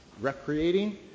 recreating